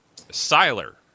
Siler